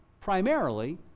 primarily